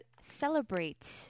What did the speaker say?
celebrate